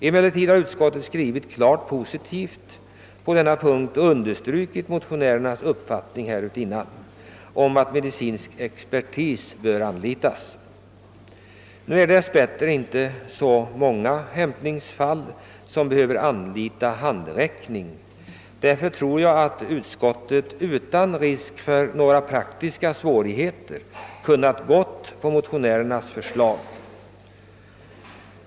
Emellertid har utskottet skrivit klart positivt och på denna punkt understrukit motionärernas uppfattning att medicinsk expertis bör anlitas. Dess bättre är det inte i så många hämtningsfall som man behöver anlita handräckning. Därför tror jag att utskottet utan risk för några praktiska svårigheter hade kunnat följa motionärernas förslag.